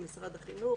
עם משרד החינוך,